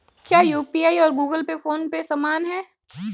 क्या यू.पी.आई और Google Pay PhonePe समान हैं?